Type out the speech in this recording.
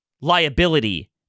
liability